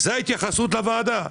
זאת ההתייחסות של החברה לוועדה.